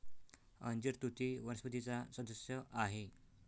अंजीर तुती वनस्पतीचा सदस्य आहे